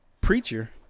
preacher